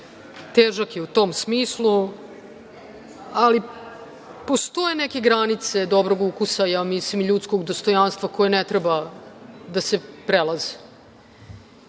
težak je u tom smislu, ali postoje neke granice dobrog ukusa, ja mislim, ljudskog dostojanstva koje ne treba da se prelaze. Rekla